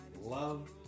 Love